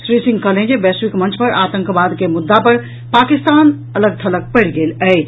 श्री सिंह कहलनि जे वैश्विक मंच पर आतंकवाद के मुद्दा पर पाकिस्तान अलग थलग पड़ि गेल अछि